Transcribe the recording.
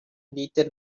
little